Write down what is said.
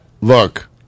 Look